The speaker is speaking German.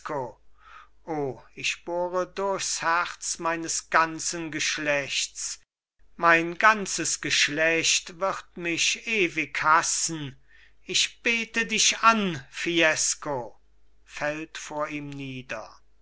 o ich bohre durchs herz meines ganzen geschlechts mein ganzes geschlecht wird mich ewig hassen ich bete dich an fiesco fällt vor ihm nieder